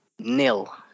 Nil